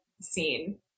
scene